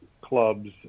clubs